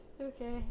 Okay